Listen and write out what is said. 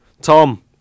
Tom